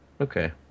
Okay